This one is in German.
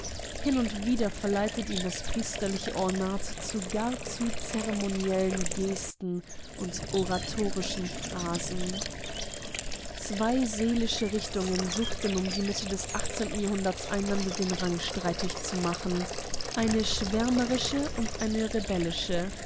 hin und wieder verleitet ihn das priesterliche ornat zu zeremoniellen gesten und oratorischen phrasen zwei seelische richtungen suchten um die mitte des einander den rang streitig zu machen eine schwärmerische und eine rebellische